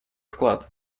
вклад